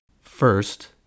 first